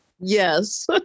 yes